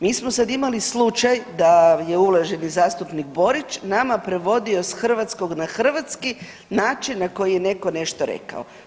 Mi smo sad imali slučaj da je uvaženi zastupnik Borić nama prevodio s hrvatskog na hrvatski način na koji je netko nešto rekao.